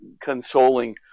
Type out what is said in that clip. consoling